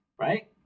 Right